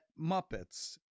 Muppets